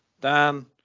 Dan